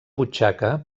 butxaca